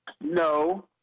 no